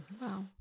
Wow